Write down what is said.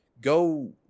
go –